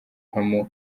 mpamo